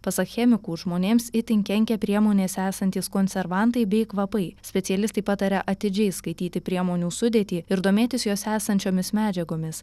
pasak chemikų žmonėms itin kenkia priemonėse esantys konservantai bei kvapai specialistai pataria atidžiai skaityti priemonių sudėtį ir domėtis jose esančiomis medžiagomis